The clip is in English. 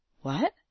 What